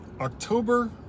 October